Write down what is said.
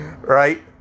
right